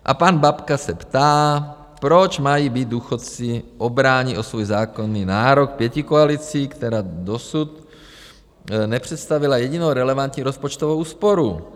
A pan Babka se ptá, proč mají být důchodci obráni o svůj zákonný nárok pětikoalicí, která dosud nepředstavila jedinou relevantní rozpočtovou úsporu.